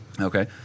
Okay